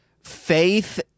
Faith